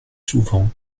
souvent